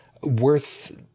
worth